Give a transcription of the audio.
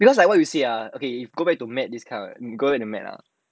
because like what you say ah okay if go back to matte ah this kind we go back to matte ah